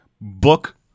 book